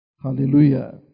Hallelujah